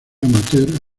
amateur